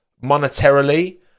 monetarily